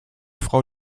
frau